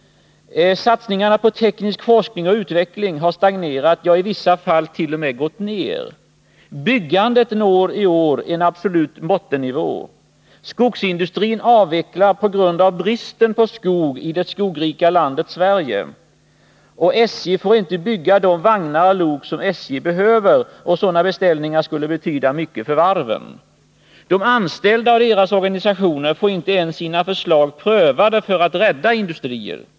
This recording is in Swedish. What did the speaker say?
Satsningarna på teknisk forskning och utveckling har stagnerat, ja, i vissa fall t.o.m. minskat. Byggandet når i år en absolut bottennivå. Skogsindustrin avvecklar på grund av ”bristen” på skog i det skogrika landet Sverige. SJ får inte bygga de vagnar och lok som SJ behöver. Sådana beställningar skulle betyda mycket för varven. De anställda och deras organistioner får inte ens sina förslag prövade när det gäller att rädda industrier.